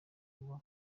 kuba